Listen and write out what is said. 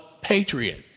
patriot